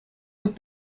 بود